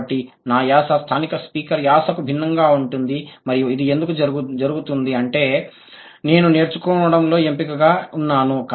కాబట్టి నా యాస స్థానిక స్పీకర్ యాసకు భిన్నంగా ఉంటుంది మరియు ఇది ఎందుకు జరుగుతుంది అంటే నేను నేర్చుకోవడంలో ఎంపికగా ఉన్నాను